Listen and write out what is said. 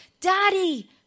daddy